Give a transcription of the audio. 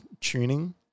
tuning